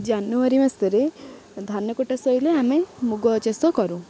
ଜାନୁଆରୀ ମାସରେ ଧାନ କଟା ସରିଲେ ଆମେ ମୁଗ ଚାଷ କରୁ